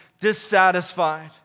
dissatisfied